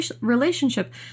relationship